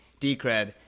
Decred